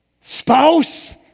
Spouse